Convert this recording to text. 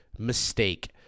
mistake